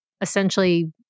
essentially